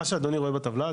מה שאדוני רואה בטבלה,